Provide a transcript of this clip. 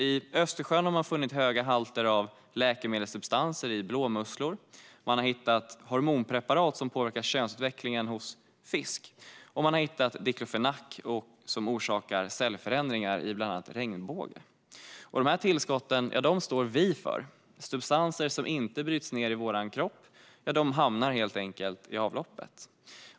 I Östersjön har man funnit höga halter av läkemedelssubstanser i blåmusslor, man har hittat hormonpreparat som påverkar könsutvecklingen hos fisk och man har hittat diklofenak som orsakar cellförändringar i regnbåge. Dessa tillskott står vi för. Substanser som inte bryts ned i kroppen hamnar helt enkelt i avloppet.